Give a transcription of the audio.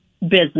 business